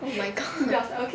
oh my god